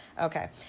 Okay